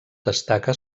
destaca